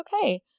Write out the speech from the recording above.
okay